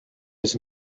his